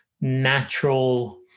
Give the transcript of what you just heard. natural